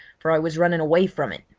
for i was running away from it.